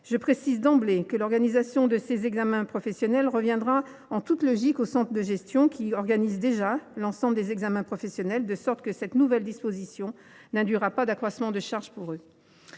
Je précise d’emblée que l’organisation de cet examen professionnel reviendra en toute logique aux centres de gestion, qui organisent déjà l’ensemble des examens professionnels, de sorte que cette nouvelle disposition n’induira pas d’accroissement de charge pour eux.